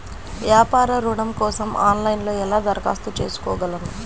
వ్యాపార ఋణం కోసం ఆన్లైన్లో ఎలా దరఖాస్తు చేసుకోగలను?